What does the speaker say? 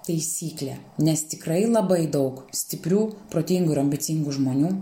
taisyklė nes tikrai labai daug stiprių protingų ir ambicingų žmonių